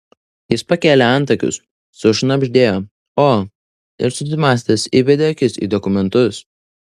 jis pakėlė antakius sušnabždėjo o ir susimąstęs įbedė akis į dokumentus